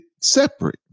separate